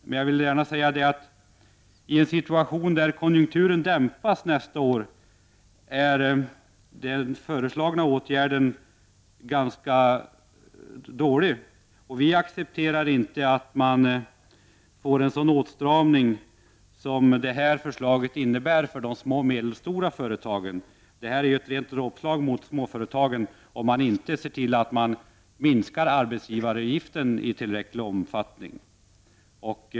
Men jag vill gärna säga att i en situation där konjunkturen dämpas nästa år är den föreslagna åtgärden gar.ska dålig. Vi accepterar inte att man får en sådan åtstramning som det här förslaget innebär för de små och medelstora företagen. Detta är ju ett rent dråpslag mot småföretagen, om man inte ser till att minska arbetsgivaravgiften i tillräcklig omfattning.